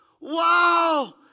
Wow